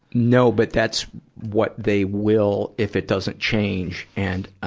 no, but that's what they will, if it doesn't change. and, um,